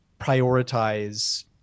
prioritize